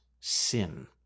sin